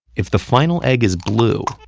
if the final egg is blue,